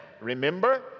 remember